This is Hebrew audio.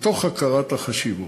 מתוך הכרת החשיבות,